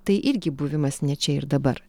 tai irgi buvimas ne čia ir dabar